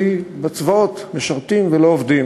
כי בצבאות משרתים ולא עובדים.